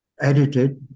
edited